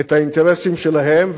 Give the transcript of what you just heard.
את האינטרסים שלהם,